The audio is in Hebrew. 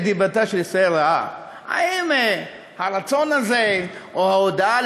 דיבתה של ישראל רעה: האם הרצון הזה או ההודעה,